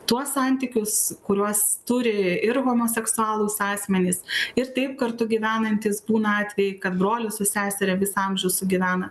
tuos santykius kuriuos turi ir homoseksualūs asmenys ir taip kartu gyvenantys būna atvejai kad brolis su seseria visą amžių sugyvena